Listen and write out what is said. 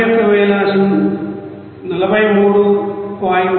96 kilo joule